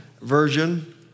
Version